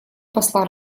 посла